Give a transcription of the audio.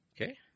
Okay